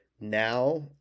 now